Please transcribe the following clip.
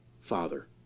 father